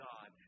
God